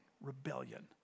rebellion